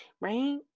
right